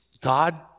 God